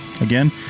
Again